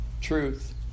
truth